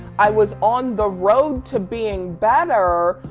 i was on the road to being better,